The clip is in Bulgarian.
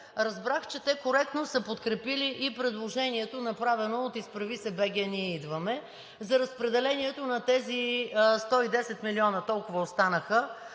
разбрах, че те коректно са подкрепили и предложението, направено от „Изправи се БГ! Ние идваме!“ за разпределението на тези 110 милиона – толкова останаха,